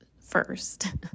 first